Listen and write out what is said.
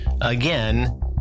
Again